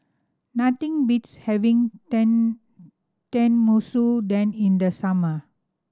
nothing beats having Ten Tenmusu Ten in the summer